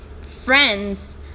friends